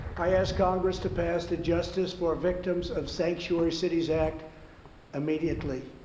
i ask congress to pass the justice for victims of sanctuary cities act immediately.